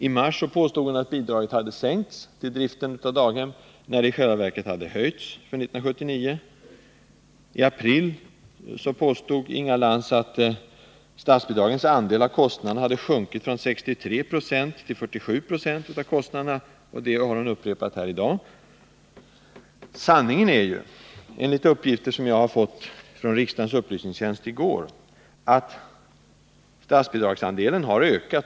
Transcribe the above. I mars påstod hon att bidraget till driften av daghem hade sänkts när det i själva verket hade höjts för 1979. I april påstod Inga Lantz att statsbidragens andel av kostnaderna hade sjunkit från 63 96 till 47 26, och den uppgiften har hon upprepat här i dag. Sanningen är, enligt uppgifter som jag fick från riksdagens upplysningstjänst i går, att statsbidragsandelen har ökat.